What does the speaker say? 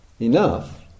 enough